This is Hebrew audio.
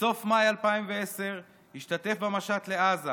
בסוף מאי 2010 השתתף במשט לעזה.